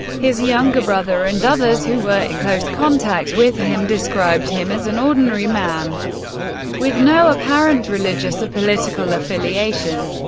his younger brother and others who were in close contact with him described him as an ordinary man with no apparent religious or political affiliation.